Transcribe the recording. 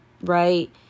right